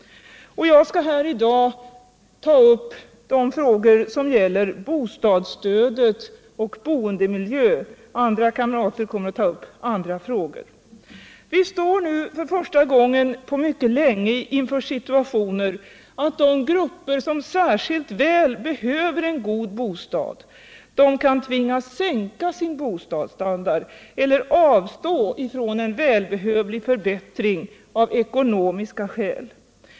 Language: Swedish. Jag skall här i dag ta upp de frågor som gäller bostadsstödet och boendemiljön. Andra kamrater kommer att ta upp andra frågor. Vistår nu för första gången på mycket länge inför situationen att de grupper som särskilt väl behöver en god bostad kan tvingas sänka sin bostadsstandard eller avstå från en välbehövlig förbättring, av ekonomiska skäl.